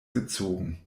gezogen